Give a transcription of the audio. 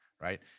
Right